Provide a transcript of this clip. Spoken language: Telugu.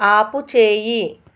ఆపుచేయి